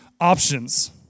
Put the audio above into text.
options